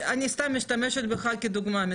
אני סתם משתמשת בך כדוגמה,